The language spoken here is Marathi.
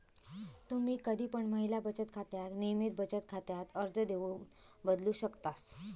तुम्ही कधी पण महिला बचत खात्याक नियमित बचत खात्यात अर्ज देऊन बदलू शकतास